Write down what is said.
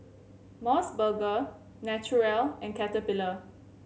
Mos Burger Naturel and Caterpillar